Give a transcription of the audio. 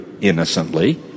innocently